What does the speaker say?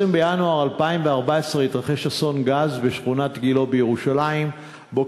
ב-20 בינואר 2014 התרחש אסון גז בשכונת גילה בירושלים שבו